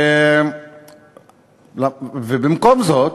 במקום זאת,